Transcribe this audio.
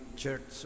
church